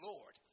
Lord